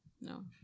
no